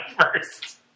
first